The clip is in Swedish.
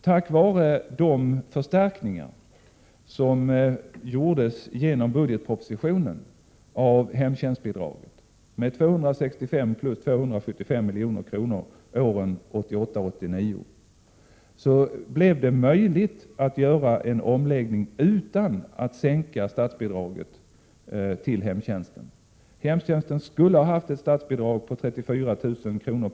Tack vare de förstärkningar av hemtjänstbidiaget som tillkom genom budgetpropositionen med 265 plus 275 miljoner åren 1988-1989 blev det möjligt att göra en omläggning utan att sänka statsbidraget till hemtjänsten. Hemtjänsten skulle ha haft ett statsbidrag på 34 000 kr.